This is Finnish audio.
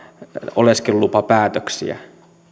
oleskelulupapäätöksiä